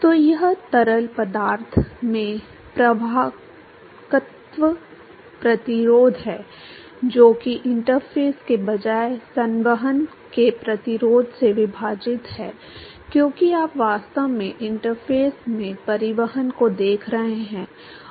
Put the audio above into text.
तो यह तरल पदार्थ में प्रवाहकत्त्व प्रतिरोध है जो कि इंटरफ़ेस के बजाय संवहन के प्रतिरोध से विभाजित है क्योंकि आप वास्तव में इंटरफ़ेस में परिवहन को देख रहे हैं